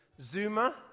Zuma